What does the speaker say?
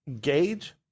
gauge